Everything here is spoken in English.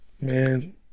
Man